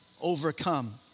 overcome